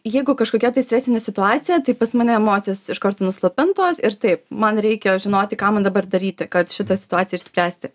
jeigu kažkokia tai stresinė situacija tai pas mane emocijos iš karto nuslopintos ir taip man reikia žinoti ką man dabar daryti kad šitą situaciją išspręsti